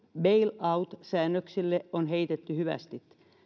bail out säännöksille on heitetty hyvästit